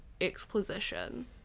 exposition